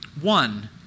One